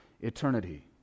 eternity